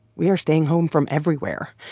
we are staying home from everywhere.